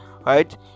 right